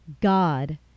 god